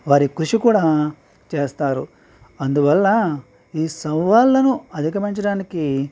వారి కృషి కూడా చేస్తారు అందువల్ల ఈ సవాళ్ళను అధిగమించడానికి